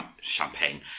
Champagne